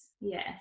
Yes